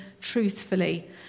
truthfully